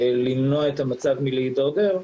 למנוע את המצב מלהתדרדר,